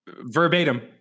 Verbatim